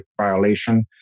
violation